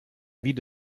ville